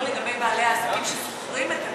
לא לגבי בעלי העסקים ששוכרים את הנכסים.